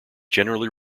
generally